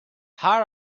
had